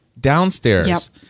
downstairs